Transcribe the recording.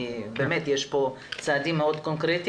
כי באמת יש פה צעדים מאוד קונקרטיים,